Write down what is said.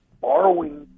borrowing